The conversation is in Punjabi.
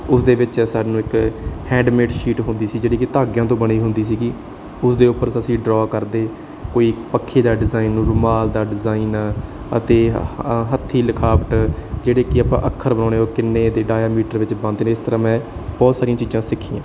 ਉਸ ਦੇ ਵਿੱਚ ਸਾਨੂੰ ਇੱਕ ਹੈਂਡਮੇਟ ਸ਼ੀਟਹੈਂਡਮੇਟ ਸ਼ੀਟ ਹੁੰਦੀ ਸੀ ਜਿਹੜੀ ਕਿ ਧਾਗਿਆਂ ਤੋਂ ਬਣੀ ਹੁੰਦੀ ਸੀਗੀ ਉਸ ਦੇ ਉੱਪਰ ਅਸੀਂ ਡਰਾ ਕਰਦੇ ਕੋਈ ਪੱਖੇ ਦਾ ਡਿਜ਼ਾਇਨ ਨੂੰ ਰੁਮਾਲ ਦਾ ਡਿਜ਼ਾਇਨ ਅਤੇ ਹੱਥੀਂ ਲਿਖਾਵਟ ਜਿਹੜੇ ਕਿ ਆਪਾਂ ਅੱਖਰ ਬਣਾਉਣੇ ਉਹ ਕਿੰਨੇ ਦੇ ਡਾਇਆਮੀਟਰ ਵਿੱਚ ਬਣਦੇ ਨੇ ਇਸ ਤਰ੍ਹਾਂ ਮੈਂ ਬਹੁਤ ਸਾਰੀਆਂ ਚੀਜ਼ਾਂ ਸਿੱਖੀਆਂ